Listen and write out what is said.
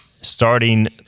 starting